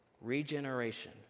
Regeneration